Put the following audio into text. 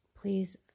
please